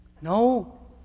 no